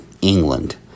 England